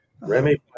Remy